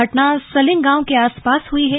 घटना सलिंग गांव के आसपास हुई है